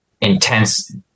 intense